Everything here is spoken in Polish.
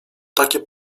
takie